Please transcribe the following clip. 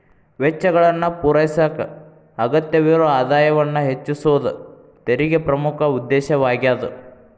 ವೆಚ್ಚಗಳನ್ನ ಪೂರೈಸಕ ಅಗತ್ಯವಿರೊ ಆದಾಯವನ್ನ ಹೆಚ್ಚಿಸೋದ ತೆರಿಗೆ ಪ್ರಮುಖ ಉದ್ದೇಶವಾಗ್ಯಾದ